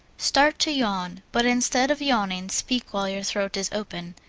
start to yawn, but instead of yawning, speak while your throat is open.